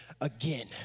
again